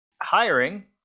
hiring